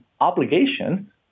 obligation